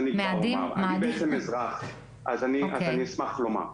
אני אשמח לומר.